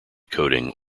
coding